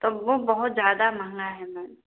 तो वह बहुत ज़्यादा महंगा है मैम